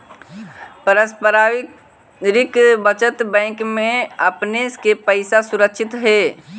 पारस्परिक बचत बैंक में आपने के पैसा सुरक्षित हेअ